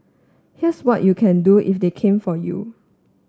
here's what you can do if they came for you